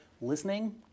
listening